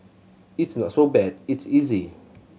it's not so bad it's easy